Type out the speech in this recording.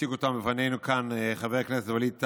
שהציג אותה בפנינו כאן חבר הכנסת ווליד טאהא,